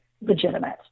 legitimate